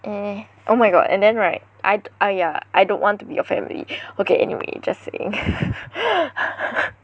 eh oh my god and then right I ah yeah I don't want to be your family okay anyway just saying